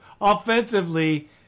offensively